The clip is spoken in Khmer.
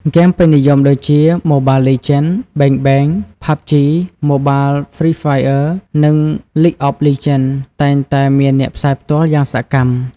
ហ្គេមពេញនិយមដូចជា ម៉ូបាលលីជែន បេងបេង ផាប់ជី ម៉ូបាល ហ្វ្រីហ្វាយអឺនិង លីគអប លីជែន តែងតែមានអ្នកផ្សាយផ្ទាល់យ៉ាងសកម្ម។